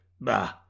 Bah